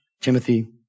Timothy